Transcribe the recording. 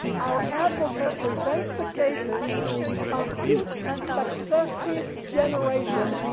our advocate presents the cases of each successive generation,